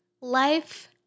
Life